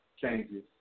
changes